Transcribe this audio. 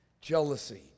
jealousy